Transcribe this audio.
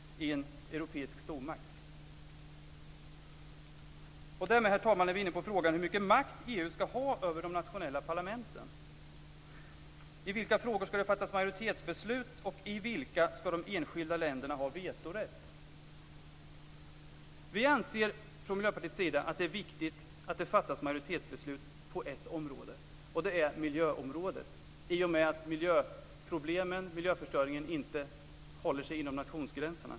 Därmed, herr talman, är vi inne på frågan om hur mycket makt EU ska ha över de nationella parlamenten. I vilka frågor ska det fattas majoritetsbeslut och i vilka ska de enskilda länderna ha vetorätt?